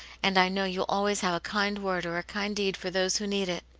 and i know you always have a kind word or a kind deed for those who need it.